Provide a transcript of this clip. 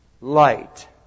light